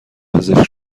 پزشک